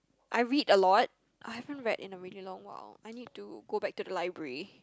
I read a lot I haven't read in a really long while I need to go back to the library